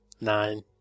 nine